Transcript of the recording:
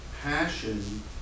passion